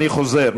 אני חוזר,